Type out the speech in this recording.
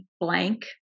blank